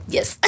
Yes